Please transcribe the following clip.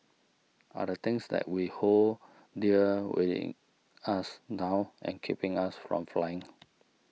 are the things that we hold dear weighing us down and keeping us from flying